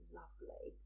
lovely